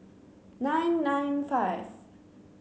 nine nine five